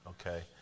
Okay